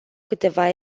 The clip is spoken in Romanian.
câteva